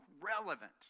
relevant